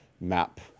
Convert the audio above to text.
map